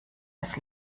das